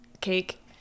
cake